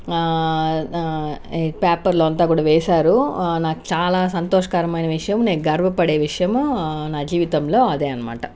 paper లో అంతా కూడా వేశారు నాకు చాలా సంతోషకరమైన విషయం నేను గర్వపడే విషయము నా జీవితంలో అదే అనమాట